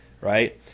right